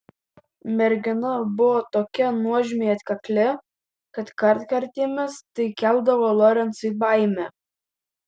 mergina buvo tokia nuožmiai atkakli kad kartkartėmis tai keldavo lorencui baimę